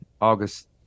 August